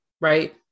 Right